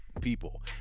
people